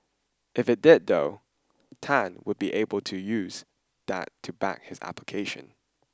if it did though Tan would be able to use that to back his application